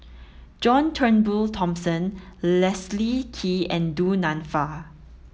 John Turnbull Thomson Leslie Kee and Du Nanfa